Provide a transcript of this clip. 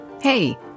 Hey